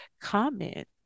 Comment